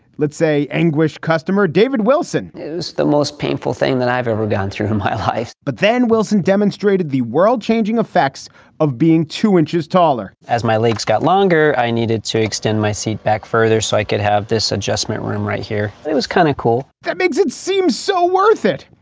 let's say anguished customer david wilson is the most painful thing that i've ever done through my life. but then wilson demonstrated the world changing effects of being two inches taller as my legs got longer. i needed to extend my seat back further so i could have this adjustment room right here. it was kind of cool. that makes it seem so worth it.